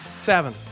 Seven